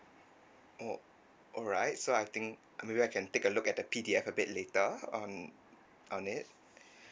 oh alright so I think uh maybe I can take a look at the P_D_F a bit later um on it